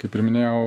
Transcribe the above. kaip ir minėjau